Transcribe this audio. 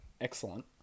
excellent